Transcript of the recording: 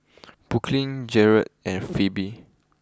Brooklyn Gearld and Phebe